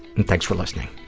and thanks for listening.